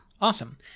Awesome